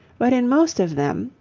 but in most of them,